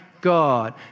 God